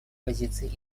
позиции